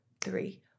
three